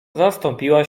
zastąpiła